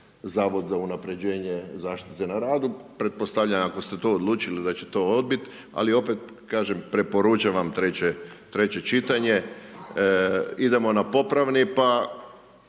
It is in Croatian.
zavod za unapređenje zaštite na radu, pretpostavljam ako ste to odlučili da ćete to odbit. Ali opet kažem preporučam vam treće čitanje, idemo na popravni,